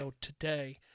today